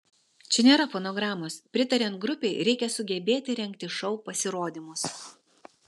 čia nėra fonogramos pritariant grupei reikia sugebėti rengti šou pasirodymus